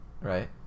Right